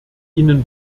ihnen